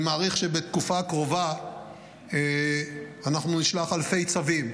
אני מעריך שבתקופה הקרובה אנחנו נשלח אלפי צווים,